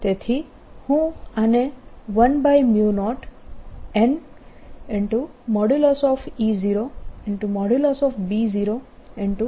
તેથી હું આને 10n E0B0sin2k